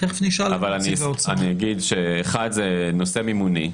אבל אגיד שאחד זה נושא מימוני,